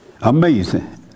Amazing